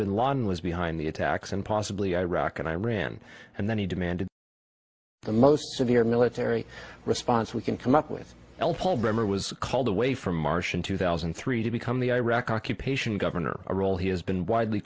bin laden was behind the attacks and possibly iraq and iran and then he demanded the most severe military response we can come up with l paul bremer was called away from marsh in two thousand and three to become the iraqi occupation governor a role he has been widely